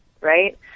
right